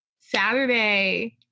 Saturday